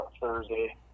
Thursday